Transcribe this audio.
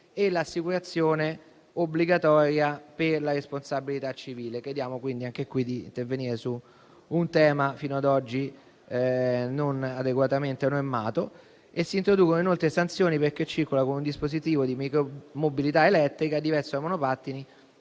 e l'assicurazione obbligatoria per la responsabilità civile. Chiediamo quindi anche qui di intervenire su un tema fino ad oggi non adeguatamente normato. Si introducono, inoltre, sanzioni per chi circola con un dispositivo di micro mobilità elettrica diverso dai monopattini,